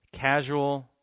Casual